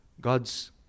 God's